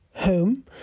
home